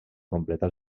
completar